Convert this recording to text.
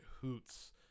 hoots